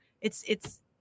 It's—it's